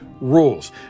rules